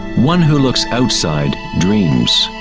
one who looks outside dreams,